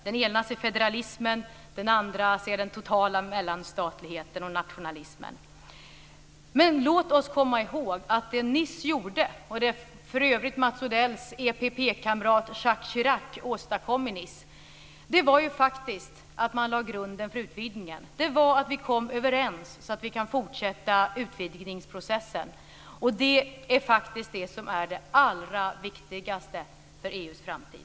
Den ena ser federalismen. Den andra ser den totala mellanstatligheten och nationalismen. Men låt oss komma ihåg att vad vi och för övrigt Nice var faktiskt att vi lade grunden för utvidgningen. Det var att vi kom överens så att vi kan fortsätta utvidgningsprocessen, och det är faktiskt det som är det allra viktigaste för EU:s framtid.